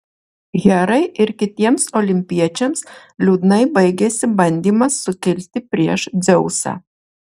herai ir kitiems olimpiečiams liūdnai baigėsi bandymas sukilti prieš dzeusą